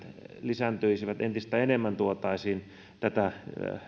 lisääntyisivät entistä enemmän tuotaisiin